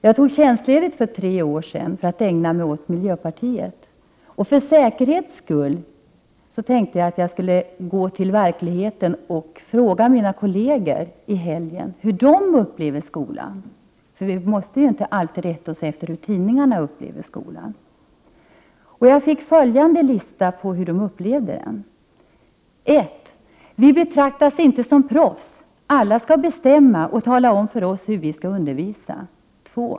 Jag tog tjänstledigt för tre år sedan för att ägna mig åt miljöpartiet. För säkerhets skull beslöt jag mig för att i helgen gå till verkligheten och fråga mina kolleger om hur de upplever skolan — vi måste ju inte alltid rätta oss efter hur tidningarna upplever skolan. Jag fick följande lista på hur de upplever den. 1. Vi betraktas inte som proffs. Alla skall bestämma och tala om för oss hur vi skall undervisa. 2.